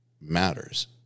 matters